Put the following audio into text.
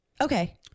Okay